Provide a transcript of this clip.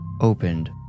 opened